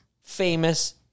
famous